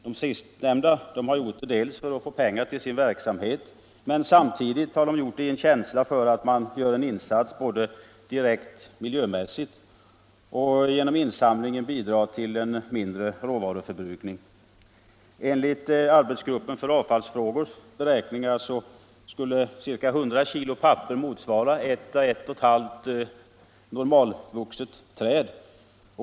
De sistnämnda har gjort det delvis för att få pengar till sin verksamhet men också i en känsla av att göra en insats miljömässigt sett och för att genom insamlingen bidra till en minskad råvaruförbrukning. Enligt arbetsgruppens för avfallsfrågor beräkningar skulle ca 100 kg papper motsvara ett och ett halvt normalvuxet träd.